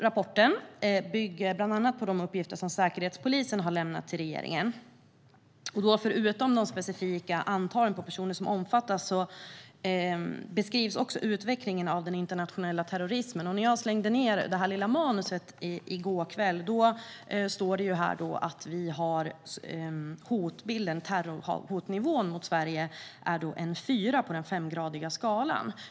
Rapporten bygger bland annat på de uppgifter som Säkerhetspolisen har lämnat till regeringen. Förutom det specifika antalet personer som omfattas beskrivs också utvecklingen av den internationella terrorismen. När jag slängde ihop mitt manus i går kväll skrev jag att terrorhotnivån mot Sverige är en fyra på den femgradiga skalan.